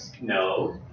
No